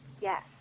Yes